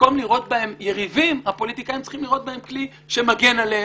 במקום לראות בהן יריבים הפוליטיקאים צריכים לראות בהן כלי שמגן עליהם,